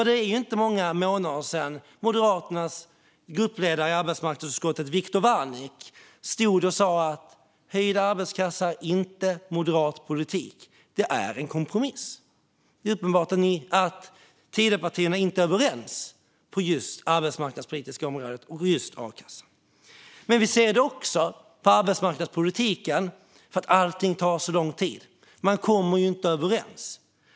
Det är inte många månader sedan Moderaternas gruppledare i arbetsmarknadsutskottet, Viktor Wärnick, stod och sa att höjd a-kassa inte är moderat politik utan en kompromiss. Det är uppenbart att Tidöpartierna inte är överens på det arbetsmarknadspolitiska området och just när det gäller a-kassan. Vi ser det också på arbetsmarknadspolitiken, för allting tar så lång tid. Man kommer inte överens.